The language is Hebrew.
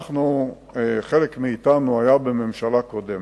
חלק מאתנו היה בממשלה הקודמת,